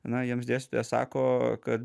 na jiems dėstytojas sako kad